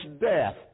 death